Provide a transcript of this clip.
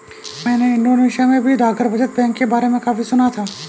मैंने इंडोनेशिया में भी डाकघर बचत बैंक के बारे में काफी सुना था